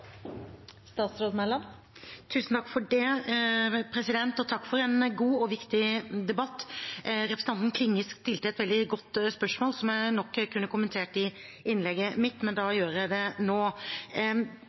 det. Takk for en god og viktig debatt. Representanten Klinge stilte et veldig godt spørsmål som jeg nok kunne kommentert i innlegget mitt, men da